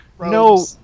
No